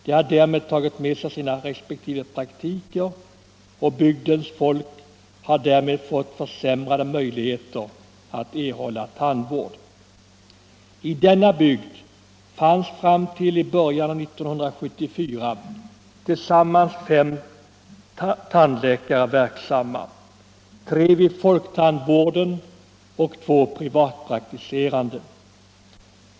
De har därmed tagit med sig sina respektive praktiker, och bygdens folk har därigenom fått försämrade möj ligheter att erhålla tandvård. I denna bygd fanns fram till i början av 1974 sammanlagt fem tandläkare verksamma: tre vid folktandvården och två privatpraktiserande.